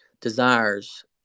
desires